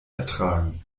ertragen